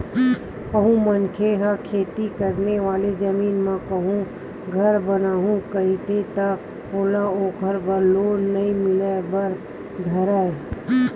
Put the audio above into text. कहूँ मनखे ह खेती करे वाले जमीन म कहूँ घर बनाहूँ कइही ता ओला ओखर बर लोन नइ मिले बर धरय